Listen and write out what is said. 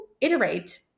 iterate